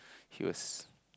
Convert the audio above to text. he was